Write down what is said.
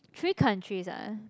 three countries ah